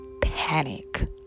panic